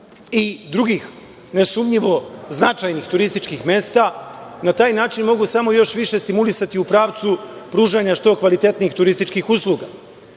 i drugih nesumnjivo značajnih turističkih mesta, na taj način mogu samo još više stimulisati u pravcu pružanja što kvalitetnijih turističkih usluga. Druga